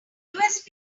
device